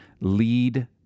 lead